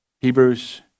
Hebrews